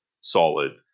solid